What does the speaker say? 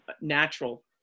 natural